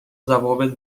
ضوابط